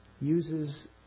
uses